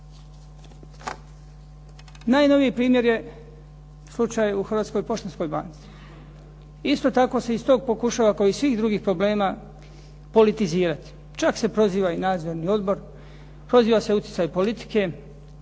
Najnoviji primjer je slučaj u Hrvatskoj poštanskoj banci. Isto tako se iz tog pokušava, kao i svih drugih problema politizirati, čak se proziva i nadzorni odbor, proziva se utjecaj politike,